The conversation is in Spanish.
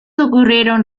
ocurrieron